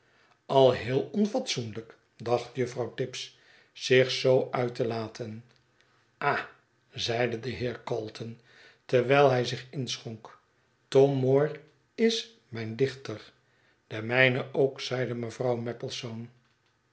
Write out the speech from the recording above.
al heel onfatsoenlyk dacht juffrouw tibbs zich zoo uit te laten ah zeide de heer calton terwijl hij zich inschonk tom moore is mijn dichter de mijne ook zeide mevrouw